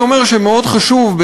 אני אומר שמאוד חשוב,